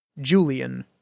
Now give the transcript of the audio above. Julian